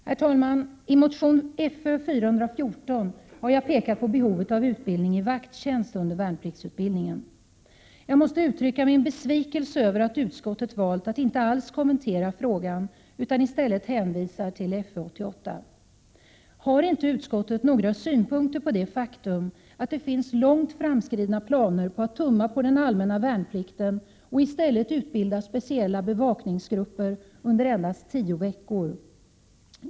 Herr talman! I motion Fö414 har jag pekat på behovet av utbildning i vakttjänst under värnpliktsutbildningen. Jag måste uttrycka min besvikelse över att utskottet valt att inte alls kommentera frågan, utan i stället hänvisar till FU88. Har inte utskottet några synpunkter på det faktum att det finns långt framskridna planer på att tumma på den allmänna värnplikten och i stället ubilda speciella bevakningsgrupper under endast tio veckor?